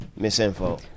misinfo